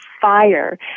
fire